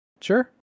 Sure